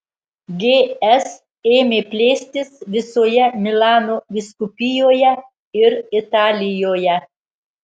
gs ėmė plėstis visoje milano vyskupijoje ir italijoje